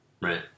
Right